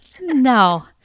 No